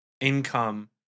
Income